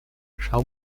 schau